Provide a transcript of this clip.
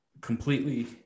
completely